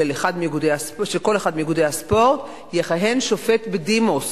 כל אחד מאיגודי הספורט יכהן שופט בדימוס.